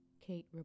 Kate